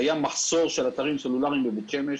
קיים מחסור של אתרים סלולריים בבית שמש